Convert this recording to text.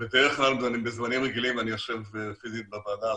בדרך כלל בזמנים רגילים אני יושב פיזית בוועדה הזאת,